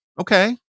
okay